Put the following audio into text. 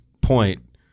point